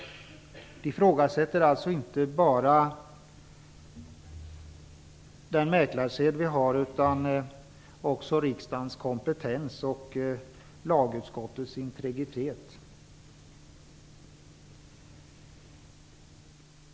Man ifrågasätter alltså inte bara den mäklarsed som finns utan också riksdagens kompetens och lagutskottets integritet.